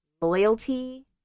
loyalty